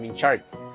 and charts.